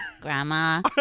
Grandma